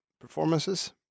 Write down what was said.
performances